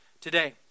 today